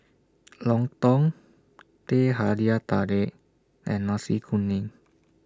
Lontong Teh Halia Tarik and Nasi Kuning